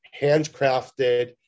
handcrafted